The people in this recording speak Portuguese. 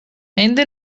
ainda